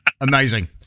Amazing